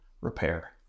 repair